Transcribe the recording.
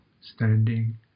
standing